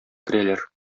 керәләр